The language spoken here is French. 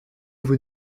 vous